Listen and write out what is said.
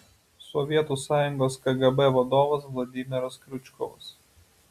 sovietų sąjungos kgb vadovas vladimiras kriučkovas